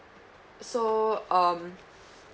so um